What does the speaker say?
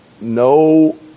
no